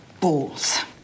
balls